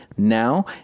Now